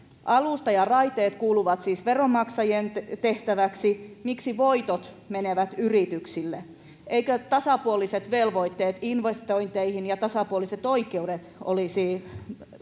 alusta ja raiteet kuuluvat siis veronmaksajien tehtäväksi miksi voitot menevät yrityksille eivätkö tasapuoliset velvoitteet investointeihin ja tasapuoliset oikeudet olisi